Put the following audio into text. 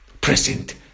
present